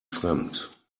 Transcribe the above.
fremd